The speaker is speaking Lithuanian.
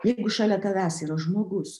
jeigu šalia tavęs yra žmogus